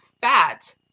fat